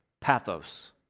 Pathos